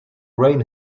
rain